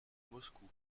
moscou